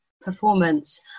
performance